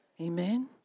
Amen